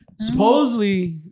Supposedly